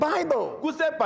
Bible